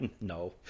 No